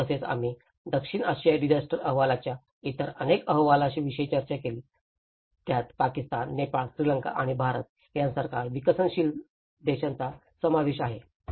तसेच आम्ही दक्षिण आशियाई डिझास्टर अहवालाच्या इतर अनेक अहवालांविषयी चर्चा केली ज्यात पाकिस्तान नेपाळ श्रीलंका आणि भारत यासारख्या विकसनशील देशांचा समावेश आहे